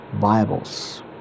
Bibles